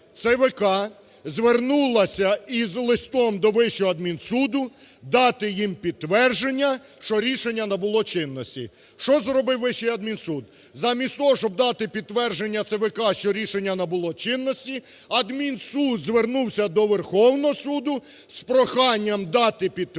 ЦВК звернулася з листом до Вищого адмінсуду дати їм підтвердження, що рішення набуло чинності. Що зробив Вищий адмінсуд? Замість того, щоб дати підтвердження ЦВК, що рішення набуло чинності, адмінсуд звернувся до Верховного Суду з проханням дати підтвердження,